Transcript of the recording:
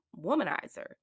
womanizer